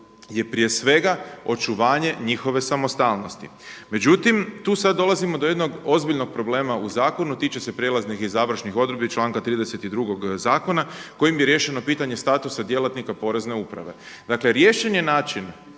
je prije svega očuvanje njihove samostalnosti. Međutim, tu sad dolazimo do jednog ozbiljnog problema u zakonu tiče se prijelaznih i završnih odredbi članka 32. zakona, kojim bi riješeno pitanje statusa djelatnika porezne uprave. Dakle, riješen je način